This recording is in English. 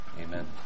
Amen